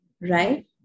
right